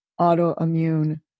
autoimmune